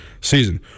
season